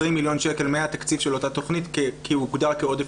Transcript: מיליון שקל מהתקציב של אותה תכנית כי הוא הוגדר כעודף